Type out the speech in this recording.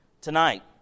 tonight